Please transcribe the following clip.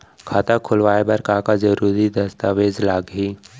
खाता खोलवाय बर का का जरूरी दस्तावेज लागही?